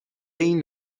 این